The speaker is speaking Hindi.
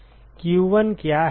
Q1 क्या है